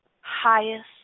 highest